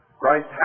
Christ